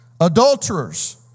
adulterers